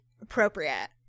appropriate